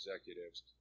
executives